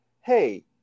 hey